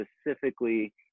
specifically